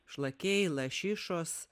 šlakiai lašišos